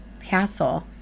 castle